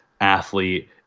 athlete